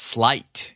Slight